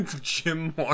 Jim